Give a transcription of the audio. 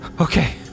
Okay